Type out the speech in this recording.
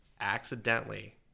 accidentally